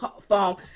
phone